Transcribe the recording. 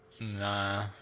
Nah